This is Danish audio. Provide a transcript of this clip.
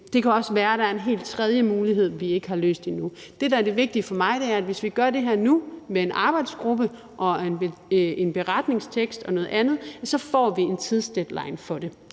Det kan også være, at der er en helt tredje mulighed, vi ikke har set endnu. Det, der er det vigtige for mig, er, at hvis vi gør det her nu med en arbejdsgruppe og en beretningstekst og noget andet, så får vi sat en deadline for det.